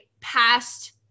past